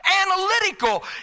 analytical